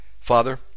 Father